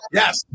yes